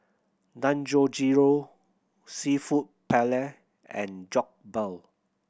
Dangojiru Seafood Paella and Jokbal